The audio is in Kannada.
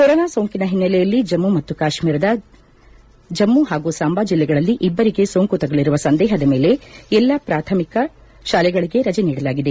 ಕೊರೊನಾ ಸೋಂಕಿನ ಹಿನ್ನೆಲೆಯಲ್ಲಿ ಜಮ್ನ ಮತ್ತು ಕಾಶ್ನೀರದ ಜಮ್ನ ಹಾಗೂ ಸಾಂಬಾ ಜಲ್ಲೆಗಳಲ್ಲಿ ಇಬ್ಲರಿಗೆ ಸೋಂಕು ತಗುಲಿರುವ ಸಂದೇಹದ ಮೇಲೆ ಎಲ್ಲಾ ಪ್ರಾಥಮಿಕ ಶಾಲೆಗಳಿಗೆ ರಜೆ ನೀಡಲಾಗಿದೆ